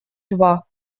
два